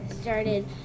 started